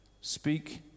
speak